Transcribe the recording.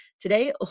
Today